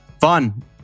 Fun